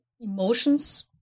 emotions